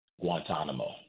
Guantanamo